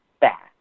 back